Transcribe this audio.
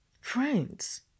Friends